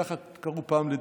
ככה קראו פעם לדתי.